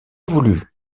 voulu